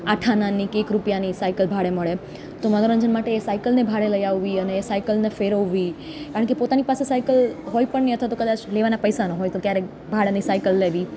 આઠ આનાની કે એક રૂપિયાની સાઇકલ ભાડે મળે તો મનોરંજન માટે એ સાઇકલને ભાડે લઈ આવવી અને એ સાઇકલને ફેરવવી કારણ કે પોતાની પાસે સાઇકલ હોય પણ નહીં અથવા તો કદાચ લેવાનાં પૈસા ન હોય તો ક્યારેક ભાડાની સાઇકલ લેવી